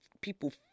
people